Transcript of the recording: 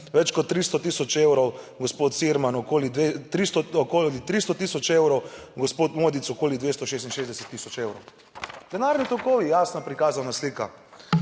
več kot 300 tisoč evrov, gospod Cirman okoli 300 tisoč, gospod Modic okoli 266 tisoč evrov. Denarni tokovi, jasno prikazana slika.